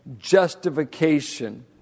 justification